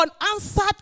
unanswered